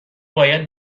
باید